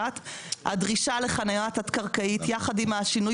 הדרישה לחנייה תת קרקעית יחד עם השינוי